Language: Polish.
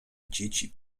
dzieci